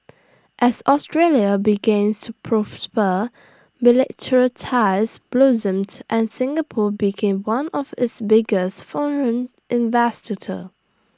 as Australia began to prosper bilateral ties blossomed and Singapore became one of its biggest foreign